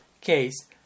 case